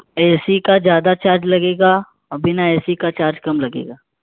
اے C کا زیادہ charge لگے گا اور بنا اے سی کا چارج کم لگے گا